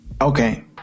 Okay